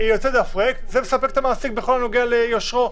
וזה מספק את המעסיק בכל הנוגע ליושרו